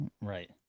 Right